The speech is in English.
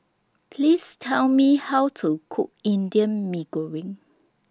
Please Tell Me How to Cook Indian Mee Goreng